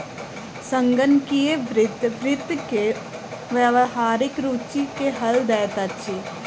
संगणकीय वित्त वित्त के व्यावहारिक रूचि के हल दैत अछि